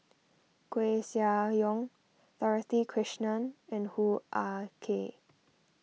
Koeh Sia Yong Dorothy Krishnan and Hoo Ah Kay